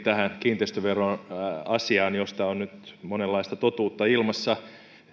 tähän kiinteistöveroasiaan josta on nyt monenlaista totuutta ilmassa